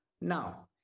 Now